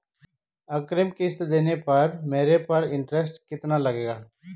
अग्रिम किश्त देने पर मेरे पर इंट्रेस्ट कितना लगेगा?